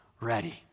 ready